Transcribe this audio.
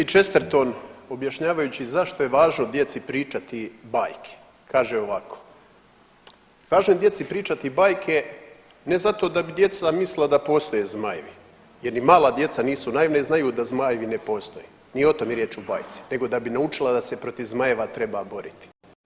Veliki Chesterton objašnjavajući zašto je važno djeci pričati bajke, kaže ovako važno je djeci pričati bajke ne zato da bi djeca mislila da postoje zmajevi jer ni mala djeca nisu naivna i znaju da zmajevi ne postoje, nije o tome riječ u bajci nego da bi naučila da se protiv zmajeva treba boriti.